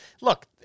look